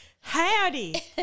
Howdy